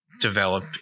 develop